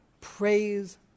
Praise